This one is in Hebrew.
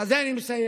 בזה אני מסיים.